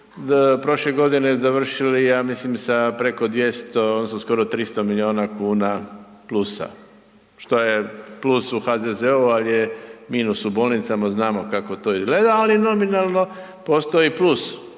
prošle godine završili, ja mislim sa preko 200, odnosno skoro 300 milijuna kuna plusa, što je plus u HZZO-u, ali je minus u bolnicama, znamo kako to izgledali, ali nominalno postoji plus.